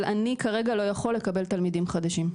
אני כרגע לא יכול לקבל תלמידים חדשים.